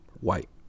white